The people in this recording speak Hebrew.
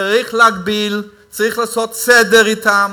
צריך להגביל, צריך לעשות סדר אתן.